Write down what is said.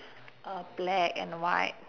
a black and white